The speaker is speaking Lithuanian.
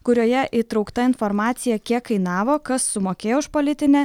kurioje įtraukta informacija kiek kainavo kas sumokėjo už politinę